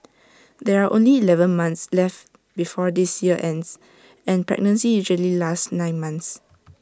there are only Eleven months left before this year ends and pregnancy usually lasts nine months